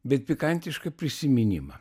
bet pikantišką prisiminimą